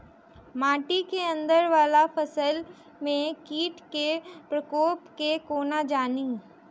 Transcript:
माटि केँ अंदर वला फसल मे कीट केँ प्रकोप केँ कोना जानि?